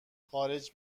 خارج